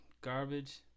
garbage